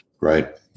Right